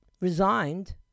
resigned